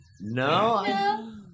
No